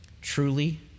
truly